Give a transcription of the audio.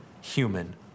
human